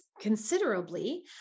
considerably